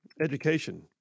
education